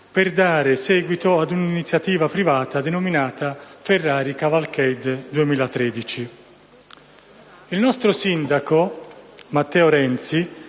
per dare seguito a un'iniziativa privata denominata «Ferrari Cavalcade 2013». Il nostro sindaco, Matteo Renzi,